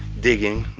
digging,